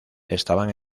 estaban